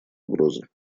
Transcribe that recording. угрозы